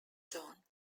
zone